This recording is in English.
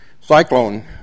cyclone